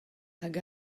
hag